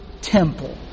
temple